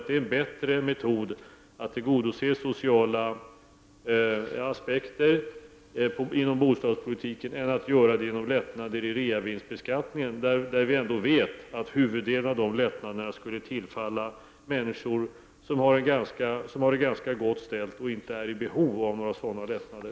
Det är en bättre metod att tillgodose sociala aspekter inom bostadspolitiken än genom lättnader i reavinstbeskattningen, där huvuddelen av lättnaderna skulle tillfalla människor som har det ganska gott ställt och inte är i behov av sådana lättnader.